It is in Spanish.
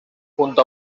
junto